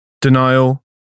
Denial